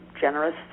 generous